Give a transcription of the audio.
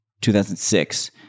2006